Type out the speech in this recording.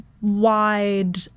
wide